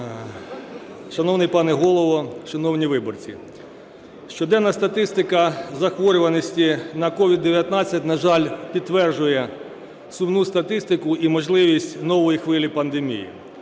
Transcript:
Шановний пане Голово, шановні виборці! Щоденна статистика захворюваності на COVID-19, на жаль, підтверджує сумну статистику і можливість нової хвилі пандемії.